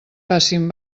facin